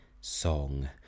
song